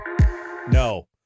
No